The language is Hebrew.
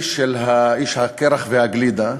איש הקרח והגלידה,